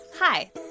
Hi